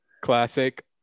Classic